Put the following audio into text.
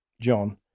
John